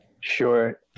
Sure